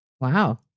Wow